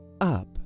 UP